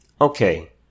Okay